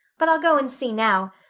but i'll go and see now.